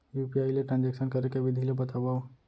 UPI ले transaction करे के विधि ला बतावव?